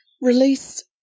Release